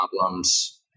problems